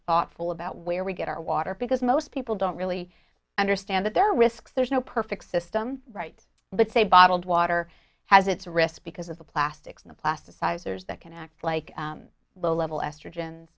thoughtful about where we get our water because most people don't really understand that there are risks there's no perfect system right but say bottled water has its risks because of the plastics in the plasticizers that can act like low level estrogen